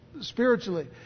spiritually